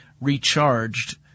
recharged